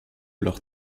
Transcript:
leur